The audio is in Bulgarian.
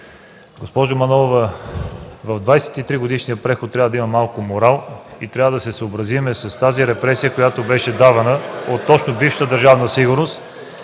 Госпожо Манолова, в 23-годишния преход трябва да има малко морал и трябва да се съобразим с тази репресия, която беше давана от бившата Държавна сигурност!